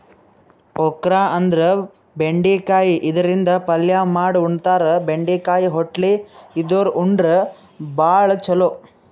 okra ಅಂದ್ರ ಬೆಂಡಿಕಾಯಿ ಇದರಿಂದ ಪಲ್ಯ ಮಾಡ್ ಉಣತಾರ, ಬೆಂಡಿಕಾಯಿ ಹೊಟ್ಲಿ ಇದ್ದೋರ್ ಉಂಡ್ರ ಭಾಳ್ ಛಲೋ